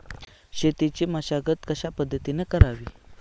शेतीची मशागत कशापद्धतीने करावी?